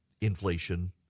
inflation